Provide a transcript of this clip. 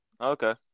Okay